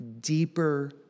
deeper